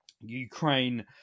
Ukraine